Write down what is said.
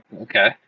okay